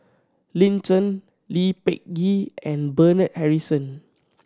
Lin Chen Lee Peh Gee and Bernard Harrison